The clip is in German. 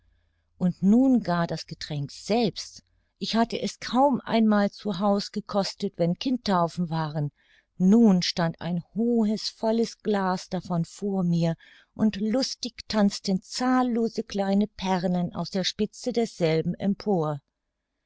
und nun gar das getränk selbst ich hatte es kaum einmal zu haus gekostet wenn kindtaufen waren nun stand ein hohes volles glas davon vor mir und lustig tanzten zahllose kleine perlen aus der spitze desselben empor